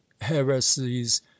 heresies